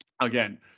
again